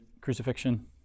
crucifixion